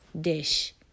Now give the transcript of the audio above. dish